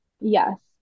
Yes